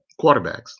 quarterbacks